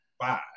five